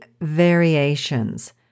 variations